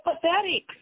pathetic